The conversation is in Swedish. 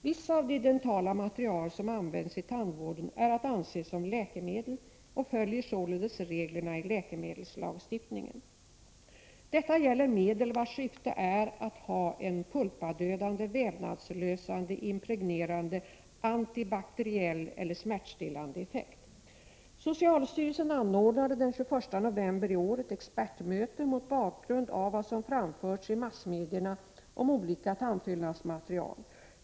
Vissa av de dentala material som används i tandvården är att anse som läkemedel, och för dem gäller således reglerna i läkemedelslagstiftningen. Detta gäller medel, vars syfte är att ha en pulpadödande, vävnadslösande, impregnerande, antibakteriell eller smärtstillande effekt. Socialstyrelsen anordnade den 21 november i år ett expertmöte mot bakgrund av vad som framförts i massmedierna om olika tandfyllnadsmaterial.